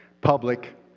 public